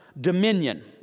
dominion